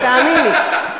תאמין לי.